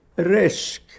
risk